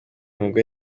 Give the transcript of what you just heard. mugore